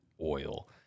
oil